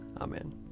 Amen